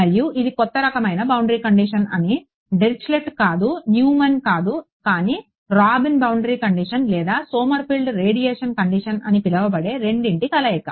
మరియు ఇది కొత్త రకమైన బౌండరీ కండిషన్ అని డిరిచ్లెట్ కాదు న్యూమాన్ కాదు కానీ రాబిన్ బౌండరీ కండిషన్ లేదా సోమర్ఫీల్డ్ రేడియేషన్ కండిషన్ అని పిలవబడే రెండింటి కలయిక